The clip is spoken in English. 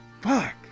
Fuck